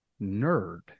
nerd